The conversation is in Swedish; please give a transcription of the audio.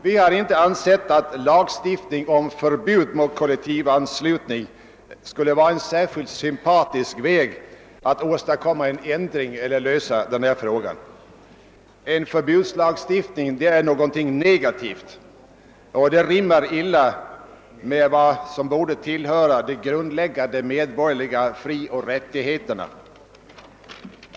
Vi anser inte att lagstiftning om förbud mot kollektivanslutning är en särskilt sympatisk väg att åstadkomma en ändring. En förbudslagstiftning är alltid någonting negativt. Den rimmar illa med vad som borde tillhöra de grundläggande medborgerliga frioch rättigheterna.